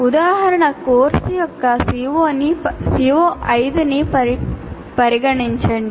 ఉదాహరణ కోర్సు యొక్క CO5 ను పరిగణించండి